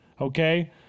okay